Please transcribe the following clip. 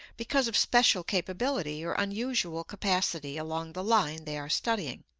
because of special capability or unusual capacity along the line they are studying.